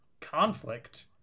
conflict